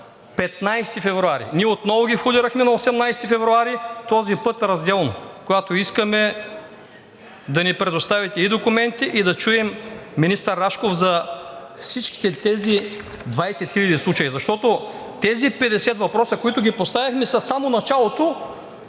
15 февруари. Ние отново ги входирахме на 18 февруари този път разделно, когато искахме да ни предоставите и документите и да чуем министър Рашков за всичките тези 20 хиляди случая. Защото тези 50 въпроса, които ги поставихме, са само началото,